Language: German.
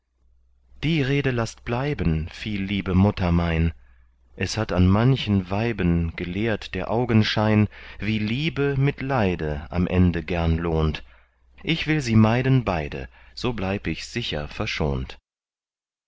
die rede laßt bleiben viel liebe mutter mein es hat an manchen weiben gelehrt der augenschein wie liebe mit leide am ende gern lohnt ich will sie meiden beide so bleib ich sicher verschont